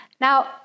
Now